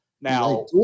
Now